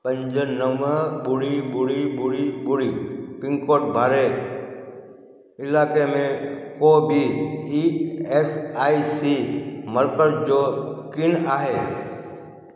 पंज नव ॿुड़ी ॿुड़ी ॿुड़ी ॿुड़ी पिनकोड वारे इलाइक़े में को बि ई एस आई सी मर्कज़ु छो कीन आहे